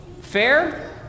Fair